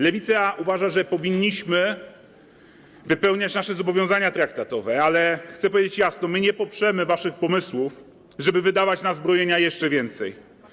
Lewica uważa, że powinniśmy wypełniać nasze zobowiązania traktatowe, ale chcę powiedzieć jasno: my nie poprzemy waszych pomysłów, żeby wydawać na zbrojenie jeszcze więcej.